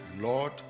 Lord